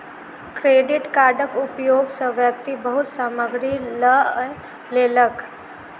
credit कार्डक उपयोग सॅ व्यक्ति बहुत सामग्री लअ लेलक